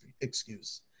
excuse